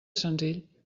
senzill